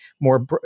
more